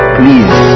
please